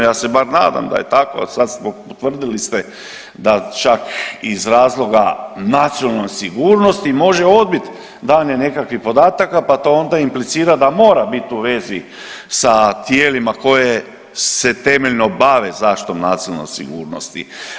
Ja se bar nadam da je tako, a sad potvrdili ste da čak iz razloga nacionalne sigurnosti može odbiti davanje nekakvih podataka pa to onda implicira da mora biti u vezi sa tijelima koje se temeljno bave zaštitom nacionalne sigurnosti.